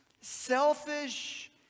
selfish